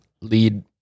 lead